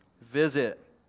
visit